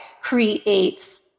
creates